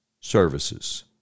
services